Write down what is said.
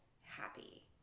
happy